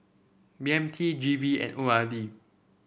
B M T G V and O R D